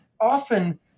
Often